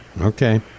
Okay